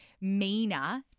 meaner